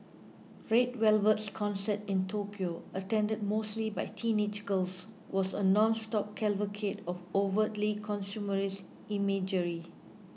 Red Velvet's concert in Tokyo attended mostly by teenage girls was a nonstop cavalcade of overtly consumerist imagery